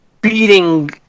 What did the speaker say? beating